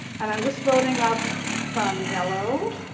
and i'm just loading up some yellow